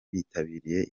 bitabiriye